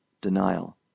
denial